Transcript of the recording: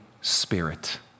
Spirit